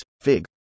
fig